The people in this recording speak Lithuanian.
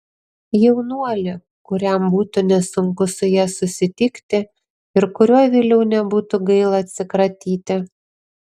jaunuolį kuriam būtų nesunku su ja susitikti ir kuriuo vėliau nebūtų gaila atsikratyti